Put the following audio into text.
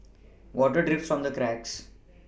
water drips from the cracks